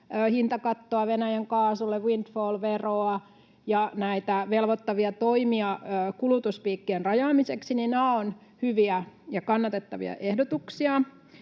hintakattoa Venäjän kaasulle, windfall-veroa ja näitä velvoittavia toimia kulutuspiikkien rajaamiseksi — ovat hyviä ja kannatettavia ehdotuksia.